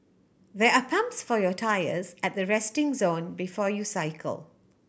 there are pumps for your tyres at the resting zone before you cycle